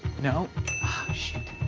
no? oh shit!